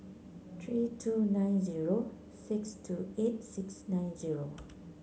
three two nine zero six two eight six nine zero